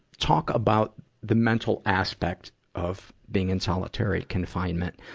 talk about the mental aspect of being in solitary confinement.